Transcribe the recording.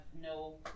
no